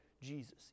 Jesus